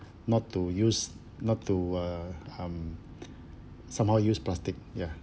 not to use not to uh um somehow use plastic ya